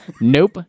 Nope